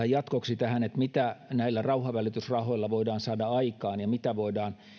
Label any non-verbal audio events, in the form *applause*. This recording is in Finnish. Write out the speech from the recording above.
*unintelligible* jatkoksi tähän että mitä näillä rauhanvälitysrahoilla voidaan saada aikaan ja mitä voidaan